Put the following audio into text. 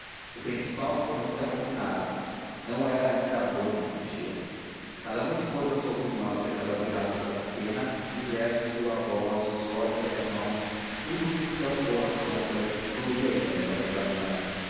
o principal é que não se amofinaram não era ainda amor o que sentiam cada um expôs a sua opinião acerca das graças da pequena o gesto a voz os olhos e as mãos tudo com tão boa sombra que excluía a ideia de rivalidade